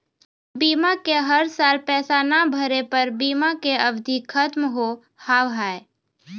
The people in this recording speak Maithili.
बीमा के हर साल पैसा ना भरे पर बीमा के अवधि खत्म हो हाव हाय?